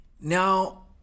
Now